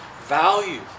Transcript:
value